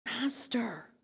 Master